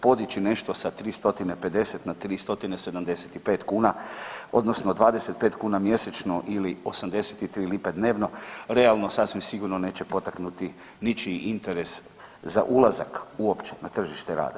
Podići nešto sa 350 na 375 kuna odnosno 25 kuna mjesečno ili 83 lipe dnevno realno sasvim sigurno neće potaknuti ničiji interes za ulazak uopće na tržište rada.